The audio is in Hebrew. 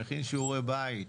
מכין שיעורי בית.